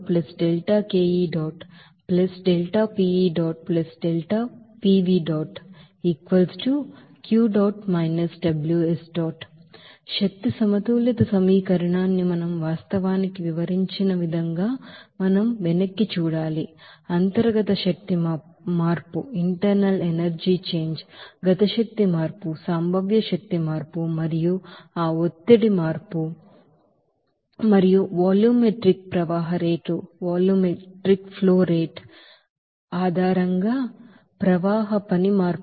energy balance సమీకరణాన్ని మనం వాస్తవానికి వివరించినవిధంగా మనం వెనక్కి చూడాలి internal energy change kinetic energy change potential energy change మరియు ఆ ప్రెషర్ చేంజ్ మరియు వాల్యూమెట్రిక్ ఫ్లో రేటు మార్పు ఆధారంగా ఫ్లో వర్క్ మార్పు